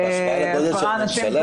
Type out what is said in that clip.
עשרה אנשים